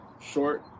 short